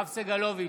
סגלוביץ'